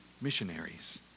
missionaries